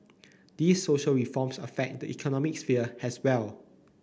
these social reforms affect the economic sphere as well